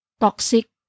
toxic